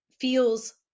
feels